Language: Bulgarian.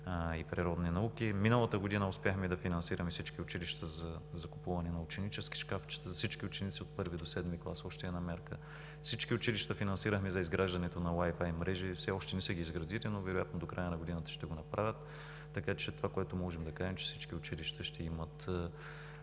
и природни науки. Миналата година успяхме да финансираме всички училища за закупуване на ученически шкафчета за всички ученици от І до VІІ клас – още една мярка. Всички училища финансирахме за изграждането на Wi-Fi мрежи – все още не са ги изградили, но вероятно до края на годината ще го направят. Така че можем да кажем, че всички училища ще имат